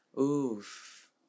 Oof